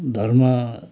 धर्म